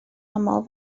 aml